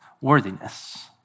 worthiness